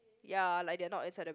ya like they are not inside the